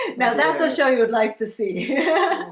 you know that's a show you would like to see. yeah